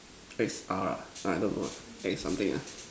X R ah I don't know lah X something ah